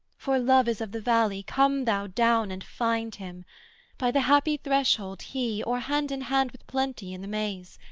for love is of the valley, come thou down and find him by the happy threshold, he, or hand in hand with plenty in the maize,